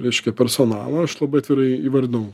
reiškia personalą aš labai atvirai įvardinau